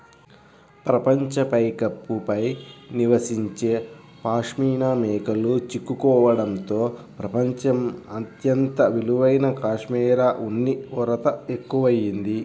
ప్రపంచ పైకప్పు పై నివసించే పాష్మినా మేకలు చిక్కుకోవడంతో ప్రపంచం అత్యంత విలువైన కష్మెరె ఉన్ని కొరత ఎక్కువయింది